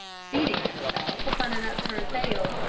seating himself upon an upturned pail,